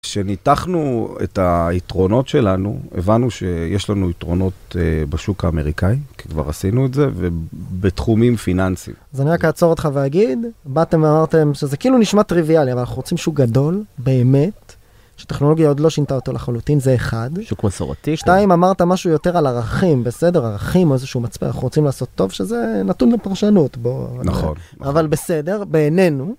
כשניתחנו את היתרונות שלנו, הבנו שיש לנו יתרונות בשוק האמריקאי, כי כבר עשינו את זה, ובתחומים פיננסיים. אז אני רק אעצור אותך ואגיד, באתם ואמרתם שזה כאילו נשמע טריוויאלי, אבל אנחנו רוצים שוק גדול, באמת, שטכנולוגיה עוד לא שינתה אותו לחלוטין, זה אחד. שוק מסורת. שתיים, אמרת משהו יותר על ערכים, בסדר, ערכים או איזשהו מצפן, אנחנו רוצים לעשות טוב שזה... נתון לפרשנות, בוא... נכון. אבל בסדר, בינינו.